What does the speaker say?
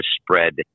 spread